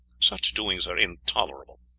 such doings are intolerable,